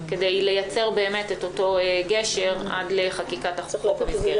כדי לייצר את אותו גשר עד לחקיקת חוק המסגרת.